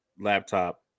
laptop